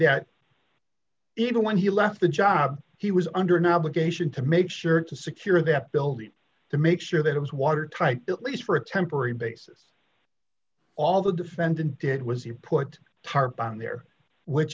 that even when he left the job he was under no obligation to make sure to secure that building to make sure that it was watertight at least for a temporary basis all the defendant did was he put a tarp on there which